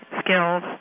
skills